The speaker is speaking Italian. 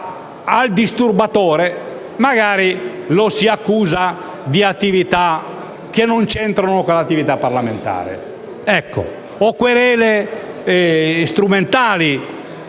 al disturbatore, magari lo si accusa di attività che non c'entrano con quella parlamentare o con querele strumentali.